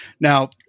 Now